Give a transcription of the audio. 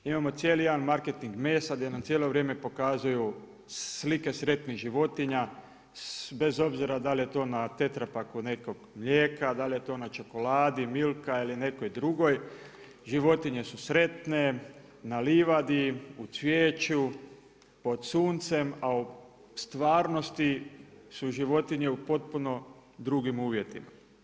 Imamo cijeli jedan marketing mesa gdje nam cijelo vrijeme pokazuju slike sretnih životinja, bez obzira da li je to na tetrapaku nekog mlijeka, da li je to na čokoladi milka ili nekoj drugoj, životinje su sretne, na livadi, u cvijeću pod suncem a u stvarnosti su životinje u potpuno drugim uvjetima.